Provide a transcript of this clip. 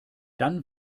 dann